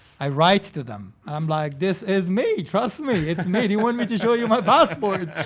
i write to them. i'm like, this is me, trust me, it's me. do you want me to show you my passport?